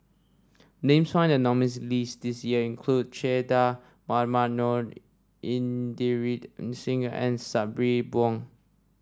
names found in the nominees' list this year include Che Dah Mohamed Noor Inderjit Singh and Sabri Buang